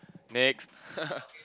next